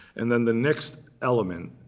and then the next element,